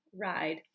Ride